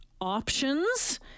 options